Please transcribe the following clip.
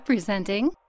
Presenting